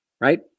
right